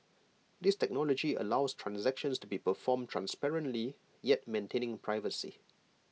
this technology allows transactions to be performed transparently yet maintaining privacy